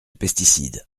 pesticides